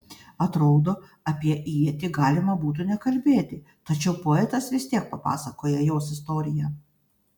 atrodo apie ietį galima būtų nekalbėti tačiau poetas vis tiek papasakoja jos istoriją